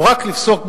או רק לפסוק,